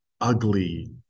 ugly